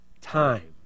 time